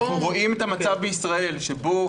אנחנו רואים את המצב בישראל, שבו